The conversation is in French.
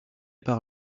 par